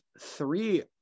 three